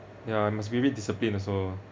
ya must be a bit disciplined also